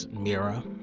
Mira